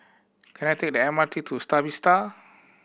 can I take the M R T to Star Vista